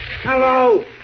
Hello